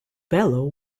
bellow